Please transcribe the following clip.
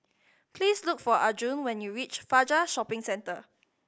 please look for Arjun when you reach Fajar Shopping Centre